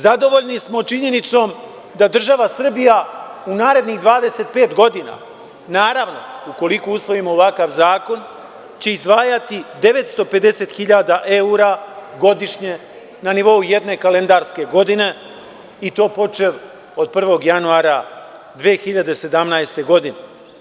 Zadovoljni smo činjenicom da država Srbija u narednih 25 godina, naravno, ukoliko usvojimo ovakav zakon, će izdvajati 950.000 evra godišnje na nivou jedne kalendarske godine i to počev od 1. januara 2017. godine.